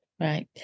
right